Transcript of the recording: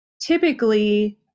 typically